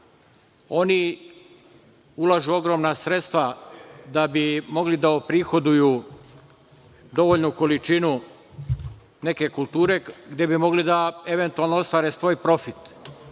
oni ulažu ogromna sredstva da bi mogli da prihoduju dovoljnu količinu neke kulture gde bi mogli da eventualno ostvare svoj profit.